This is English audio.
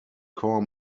core